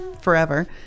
forever